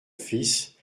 fils